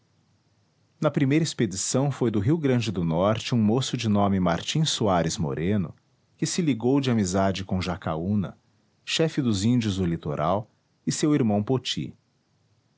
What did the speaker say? na primeira expedição foi do rio grande do norte um moço de nome martim soares moreno que se ligou de amizade com jacaúna chefe dos índios do litoral e seu irmão poti